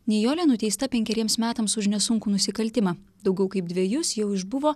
nijolė nuteista penkeriems metams už nesunkų nusikaltimą daugiau kaip dvejus jau išbuvo